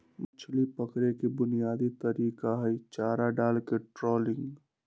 मछरी पकड़े के बुनयादी तरीका हई चारा डालके ट्रॉलिंग